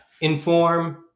Inform